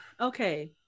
okay